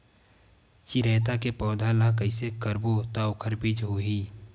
चिरैता के पौधा ल कइसे करबो त ओखर बीज होई?